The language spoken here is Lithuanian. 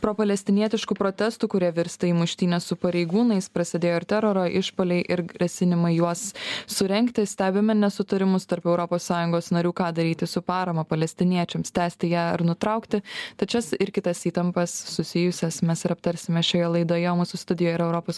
propalestinietiškų protestų kurie virsta į muštynes su pareigūnais prasidėjo ir teroro išpuoliai ir grasinimai juos surengti stebime nesutarimus tarp europos sąjungos narių ką daryti su parama palestiniečiams tęsti ją ar nutraukti tad šias ir kitas įtampas susijusias mes ir aptarsime šioje laidoje o mūsų studijoje yra europos